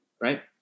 Right